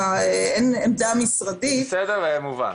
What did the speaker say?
אין עמדה משרדית --- זה בסדר וזה מובן.